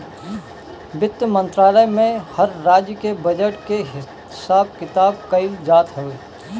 वित्त मंत्रालय में हर राज्य के बजट के हिसाब किताब कइल जात हवे